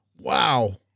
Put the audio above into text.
Wow